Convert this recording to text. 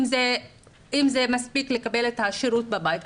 אם מספיק לו לקבל את השירות בבית.